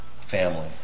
family